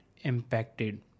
impacted